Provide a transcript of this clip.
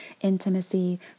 intimacy